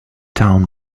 town